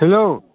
hello